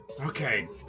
Okay